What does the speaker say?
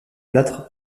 plâtre